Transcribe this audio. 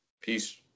Peace